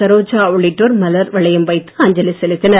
சரோஜா உள்ளிட்டோர் மலர் வளையம் வைத்து அஞ்சலி செலுத்தினர்